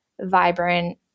vibrant